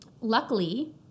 Luckily